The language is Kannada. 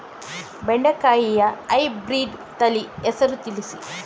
ಬೆಂಡೆಕಾಯಿಯ ಹೈಬ್ರಿಡ್ ತಳಿ ಹೆಸರು ತಿಳಿಸಿ?